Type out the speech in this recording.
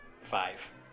Five